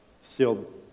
sealed